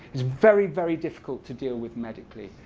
it's very, very difficult to deal with medically.